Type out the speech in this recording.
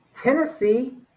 Tennessee